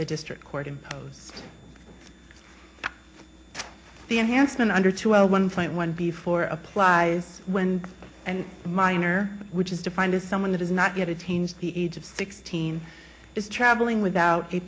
the district court imposed the enhancement under two hundred one point one before applies when and minor which is defined as someone that has not yet attained the age of sixteen is traveling without a